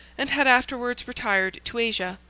and had afterward retired to asia,